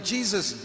Jesus